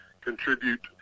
contribute